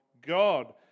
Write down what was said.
God